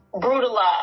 brutalize